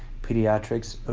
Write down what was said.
pediatrics, ah